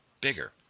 bigger